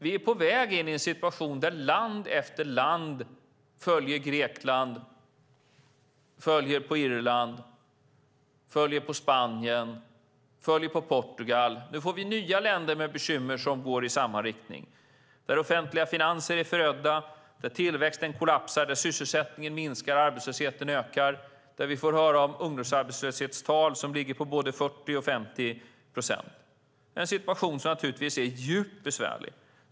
Vi är på väg in i en situation där land efter land följer Grekland, Irland, Spanien och Portugal. Nu får vi nya länder med bekymmer i samma riktning, där offentliga finanser är förödda, där tillväxten kollapsar, där sysselsättningen minskar och arbetslösheten ökar och där vi får höra om ungdomsarbetslöshetstal som ligger på både 40 och 50 procent. Det är en situation som naturligtvis är djupt besvärlig.